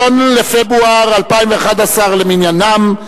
1 בפברואר 2011 למניינם,